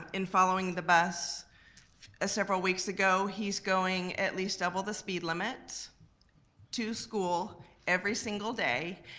um in following the bus ah several weeks ago he's going at least double the speed limit to school every single day.